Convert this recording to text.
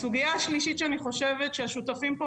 הסוגיה השלישית שאני חושבת שהשותפים פה